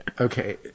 Okay